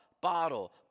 bottle